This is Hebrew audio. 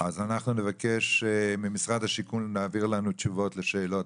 אז אנחנו נבקש ממשרד השיכון להעביר לנו תשובות לשאלות